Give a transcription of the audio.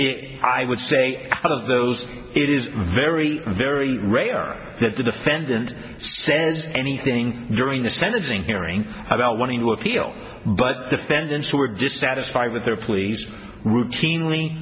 it i would say one of those it is very very rare that the defendant says anything during the sentencing hearing about wanting to appeal but defendants who are dissatisfied with their pleas routinely